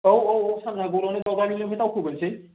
औ औ औ सानजाहा गौरांनि दावबाजुलिनिफ्राय दावखोबोनोसै